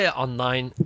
online